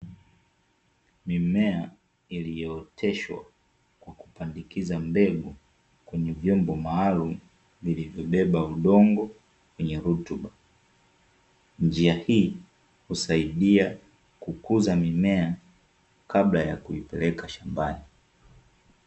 Mimea iliyooteshwa kwa kupandikiza mbegu kwenye vyombo maalumu vilivyobeba udongo wenye rutuba. Njia hii husaidia kukuza mimea kabla ya kuipeleka shambani.